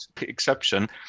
exception